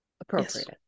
appropriate